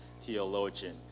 theologian